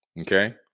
Okay